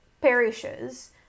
perishes